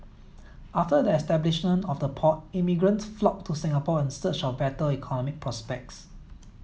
after the establishment of the port immigrants flocked to Singapore in search of better economic prospects